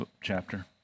chapter